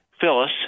Phyllis